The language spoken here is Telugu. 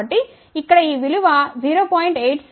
కాబట్టి ఇక్కడ ఈ విలువ 0